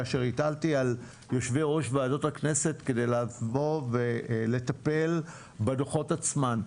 כאשר הטלתי על יו"ר ועדות הכנסת כדי לבוא ולטפל בדו"חות עצמם.